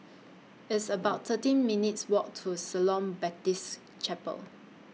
It's about thirteen minutes' Walk to Shalom Baptist Chapel